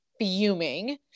fuming